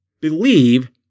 believe